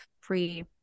free